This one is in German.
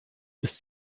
ist